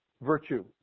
virtue